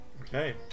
Okay